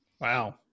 Wow